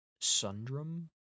Sundrum